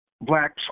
blacks